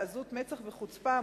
בעזות מצח וחוצפה,